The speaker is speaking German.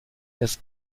des